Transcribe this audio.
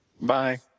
Bye